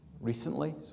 recently